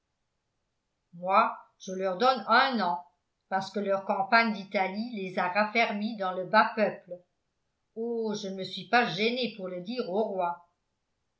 moi je leur donne un an parce que leur campagne d'italie les a raffermis dans le bas peuple oh je ne me suis pas gêné pour le dire au roi